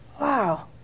wow